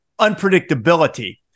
unpredictability